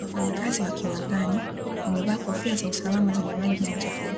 Wafanyakazi wa kiwandani wamevaa kofia za usalama zenye rangi ya njano,